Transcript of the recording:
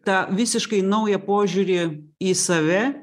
tą visiškai naują požiūrį į save